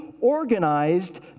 organized